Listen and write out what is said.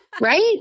right